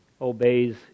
obeys